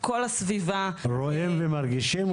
כל הסביבה --- רואים ומרגישים,